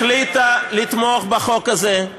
החליטה לתמוך בחוק הזה.